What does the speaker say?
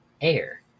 air